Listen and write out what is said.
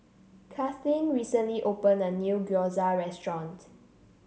Kathlene recently opened a new Gyoza Restaurant